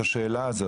הבריאות